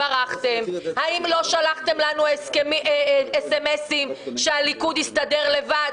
ברחתם; האם לא שלחתם לנו אס-אם-אסים שהליכוד יסתדר לבד?